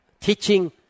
teaching